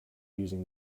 using